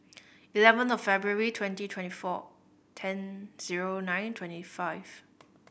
eleven of February twenty twenty four ten zero nine twenty five